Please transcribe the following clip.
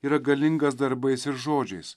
yra galingas darbais ir žodžiais